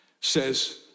says